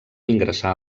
ingressar